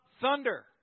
thunder